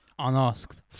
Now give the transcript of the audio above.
Unasked